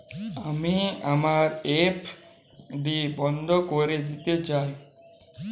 আমি আমার এফ.ডি বন্ধ করে দিতে চাই